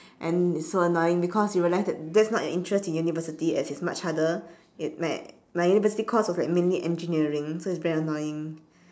and it's so annoying because you realise that that's not your interest in university as it's much harder and my my university course was like mainly engineering so it's very annoying